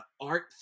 art